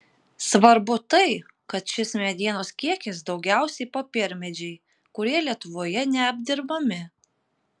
svarbu tai kad šis medienos kiekis daugiausiai popiermedžiai kurie lietuvoje neapdirbami